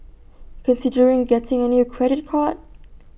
considering getting A new credit card